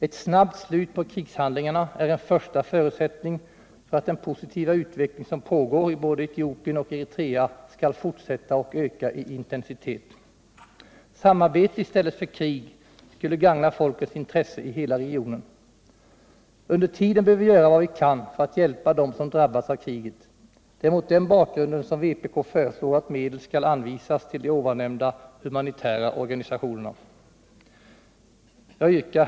Ett snabbt slut på krigshandlingarna är en första förutsättning för att den positiva utveckling som pågår i både Etiopien och Eritrea skall fortsätta och öka i intensitet. Samarbete i stället för krig skulle gagna folkets intresse i hela regionen. Under tiden bör vi göra vad vi kan för att hjälpa dem som har drabbats av kriget. Det är mot den bakgrunden som vpk föreslår att medel skall anvisas till de nu nämnda humanitära organisationerna. Herr talman!